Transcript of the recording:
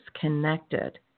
connected